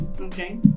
okay